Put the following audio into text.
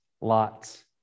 lots